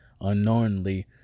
Unknowingly